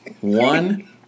One